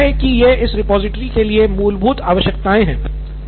मुझे लगता है कि ये इस रिपॉजिटरी के लिए मूलभूत आवश्यकताएं हैं